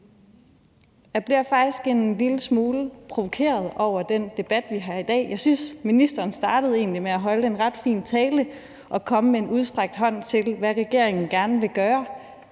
Jeg bliver faktisk en lille smule provokeret af den debat, vi har i dag. Jeg synes, ministeren egentlig startede med at holde en ret fin tale og komme med en udstrakt hånd til, hvad regeringen gerne vil gøre,